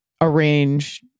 arrange